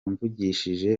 mvugishije